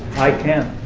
i can.